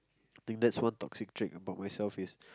I think there's one toxic about myself is